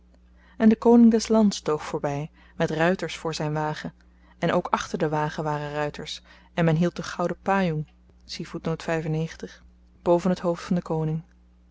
en de koning des lands toog voorby met ruiters voor zyn wagen en ook achter den wagen waren ruiters en men hield den gouden pajong boven het hoofd van den koning